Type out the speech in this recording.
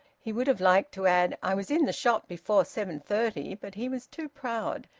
he would have liked to add i was in the shop before seven-thirty, but he was too proud.